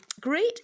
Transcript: Great